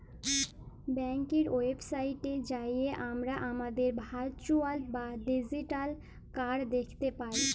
ব্যাংকের ওয়েবসাইটে যাঁয়ে আমরা আমাদের ভারচুয়াল বা ডিজিটাল কাড় দ্যাখতে পায়